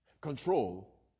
control